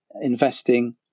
investing